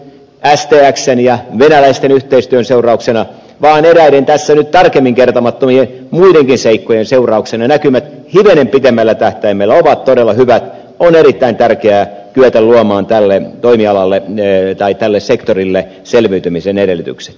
kun näkymät kuitenkin eivät vain nyt stxn ja venäläisten yhteistyön seurauksena vaan eräiden tässä nyt tarkemmin kertomattomien muidenkin seikkojen seurauksena hivenen pitemmällä tähtäimellä ovat todella hyvät on erittäin tärkeää kyetä luomaan tälle sektorille selviytymisen edellytykset